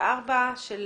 ה-24 של